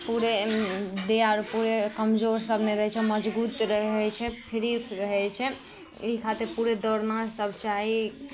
पूरे देह हाथ पूरे कमजोर सभ नहि रहै छै मजबूत रहै छै फ्री रहै छै ई खातिर पूरे दौड़ना सभ चाही